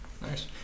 nice